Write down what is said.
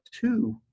two